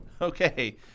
Okay